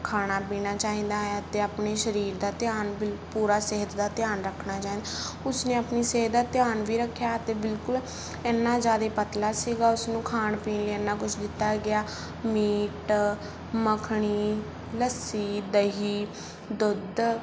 ਖਾਣਾ ਪੀਣਾ ਚਾਹੀਦਾ ਹੈ ਅਤੇ ਆਪਣੇ ਸਰੀਰ ਦਾ ਧਿਆਨ ਬਿਲ ਪੂਰਾ ਸਿਹਤ ਦਾ ਧਿਆਨ ਰੱਖਣਾ ਚਾਹੀਦਾ ਉਸਨੇ ਆਪਣੀ ਸਿਹਤ ਦਾ ਧਿਆਨ ਵੀ ਰੱਖਿਆ ਅਤੇ ਬਿਲਕੁਲ ਇੰਨਾ ਜ਼ਿਆਦੇ ਪਤਲਾ ਸੀਗਾ ਉਸਨੂੰ ਖਾਣ ਪੀਣ ਲਈ ਇੰਨਾ ਕੁਛ ਦਿੱਤਾ ਗਿਆ ਮੀਟ ਮੱਖਣੀ ਲੱਸੀ ਦਹੀਂ ਦੁੱਧ